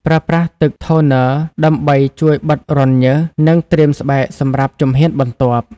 ប្រើប្រាស់ទឹកថូន័រ ដើម្បីជួយបិទរន្ធញើស និងត្រៀមស្បែកសម្រាប់ជំហានបន្ទាប់ ។